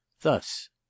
Thus